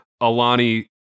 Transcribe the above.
Alani